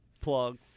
plug